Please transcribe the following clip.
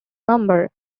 number